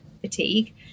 fatigue